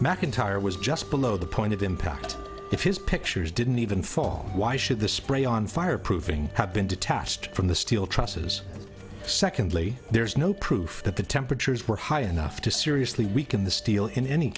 or was just below the point of impact if his pictures didn't even fall why should the spray on fireproofing have been detached from the steel trusses secondly there is no proof that the temperatures were high enough to seriously weaken the steel in any